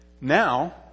Now